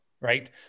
right